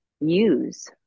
use